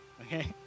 okay